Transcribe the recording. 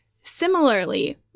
Similarly